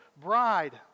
bride